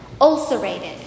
ulcerated